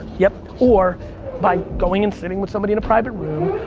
yup, or by going and sitting with somebody in a private room,